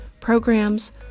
programs